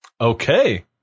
Okay